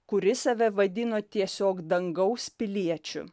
kuris save vadino tiesiog dangaus piliečiu